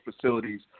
facilities